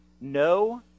no